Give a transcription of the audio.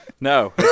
No